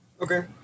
Okay